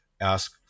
ask